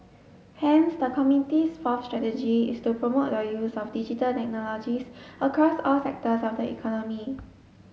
hence the committee's fourth strategy is to promote the use of Digital Technologies across all sectors of the economy